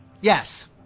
Yes